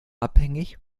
abhängig